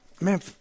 man